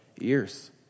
ears